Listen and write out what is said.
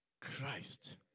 Christ